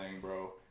bro